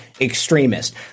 extremist